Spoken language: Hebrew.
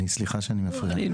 אני, סליחה שאני מפריע.